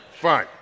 Fine